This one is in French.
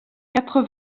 quatre